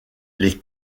les